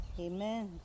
Amen